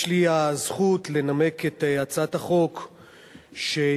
יש לי הזכות לנמק את הצעת החוק שהגשנו,